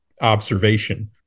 observation